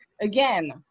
Again